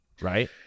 right